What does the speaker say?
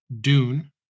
Dune